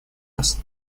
вас